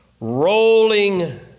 rolling